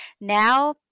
now